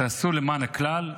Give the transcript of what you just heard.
עשו למען הכלל,